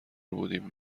بودیم